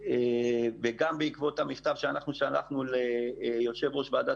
וגם בעקבות המכתב שאנחנו שלחנו ליושב-ראש ועדת